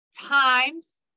times